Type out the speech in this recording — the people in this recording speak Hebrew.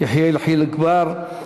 יחיאל חיליק בר,